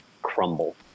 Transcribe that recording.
crumble